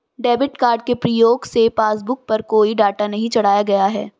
debit card के प्रयोग से पासबुक पर कोई डाटा नहीं चढ़ाया गया है